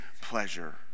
pleasure